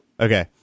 Okay